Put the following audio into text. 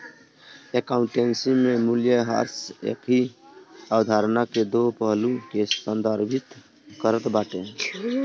accountancy में मूल्यह्रास एकही अवधारणा के दो पहलू के संदर्भित करत बाटे